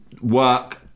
work